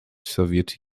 soviet